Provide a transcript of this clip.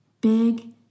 Big